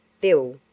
Bill